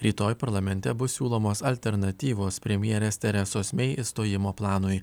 rytoj parlamente bus siūlomos alternatyvos premjerės teresos mei išstojimo planui